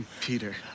Peter